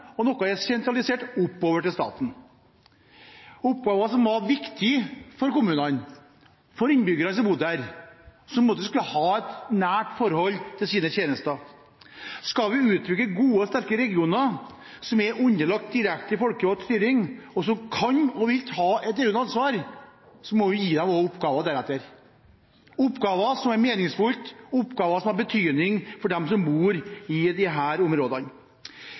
mens noe er sentralisert oppover til staten – oppgaver som var viktige for kommunene og for innbyggerne som bodde der, som skulle ha et nært forhold til sine tjenester. Skal vi utvikle gode, sterke regioner som er underlagt direkte folkevalgt styring, og som kan og vil ta et styrende ansvar, må vi også gi dem oppgaver deretter – oppgaver som er meningsfylte, oppgaver som har betydning for dem som bor i disse områdene.